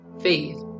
faith